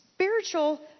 spiritual